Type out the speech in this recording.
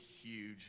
huge